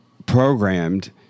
Programmed